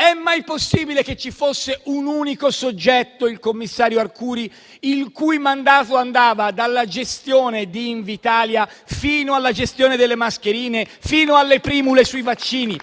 È mai possibile che ci fosse un unico soggetto, il commissario Arcuri, il cui mandato andava dalla gestione di Invitalia, fino alla gestione delle mascherine e a quella delle primule, sui vaccini?